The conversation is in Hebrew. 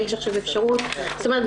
זאת אומרת,